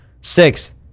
Six